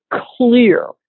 clear